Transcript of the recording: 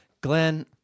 Glenn